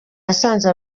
yasanze